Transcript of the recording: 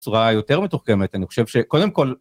בצורה יותר מתוחכמת, אני חושב שקודם כל...